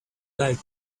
like